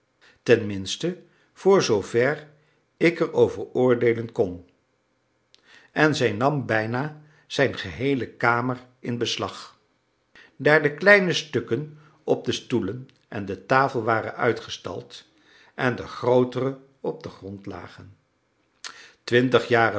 voor zoover ik er over oordeelen kon en zij nam bijna zijn geheele kamer in beslag daar de kleine stukken op de stoelen en de tafel waren uitgestald en de grootere op den grond lagen